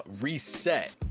reset